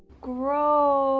gross